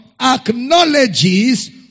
acknowledges